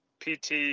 PT